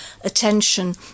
attention